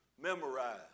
memorize